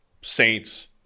Saints